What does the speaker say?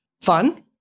fun